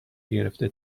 گرفته